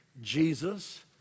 Jesus